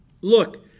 look